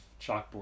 chalkboard